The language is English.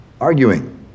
arguing